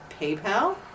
PayPal